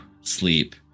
sleep